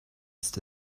ist